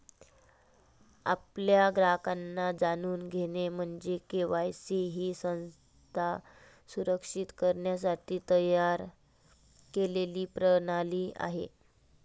आपल्या ग्राहकांना जाणून घेणे म्हणजे के.वाय.सी ही संस्था सुरक्षित करण्यासाठी तयार केलेली प्रणाली आहे